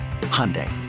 Hyundai